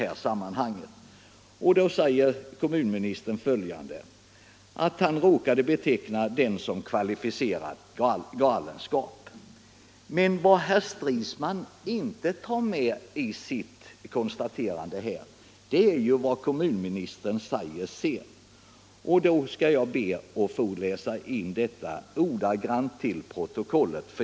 Kommunministern säger att han tidigare råkade beteckna ortsklassificeringen som: kvalificerad galenskap. Vad emellertid herr Stridsman inte tar med i sitt konstaterande är vad kommunministern sedan säger. Jag skall be att få läsa in detta ordagrant till protokollet.